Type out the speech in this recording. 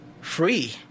free